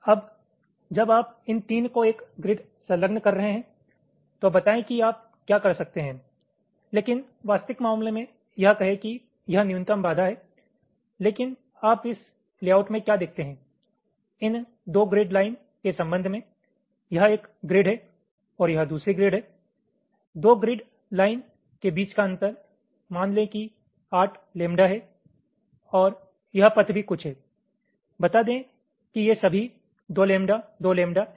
अब जब आप इन 3 को एक ग्रिड संलग्न कर रहे हैं तो बताएं कि आप क्या कर सकते हैं लेकिन वास्तविक मामले में यह कहें कि यह न्यूनतम बाधा है लेकिन आप इस लेआउट में क्या देखते हैं इन 2 ग्रिड लाइन के संबंध में यह एक ग्रिड है और यह दूसरी ग्रिड है 2 ग्रिड लाइन के बीच का अंतर मान लें कि 8 लैम्ब्डा है और यह पथ भी कुछ है बता दें कि ये सभी 2 लैम्ब्डा 2 लैम्ब्डा हैं